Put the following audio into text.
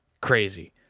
crazy